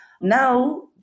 Now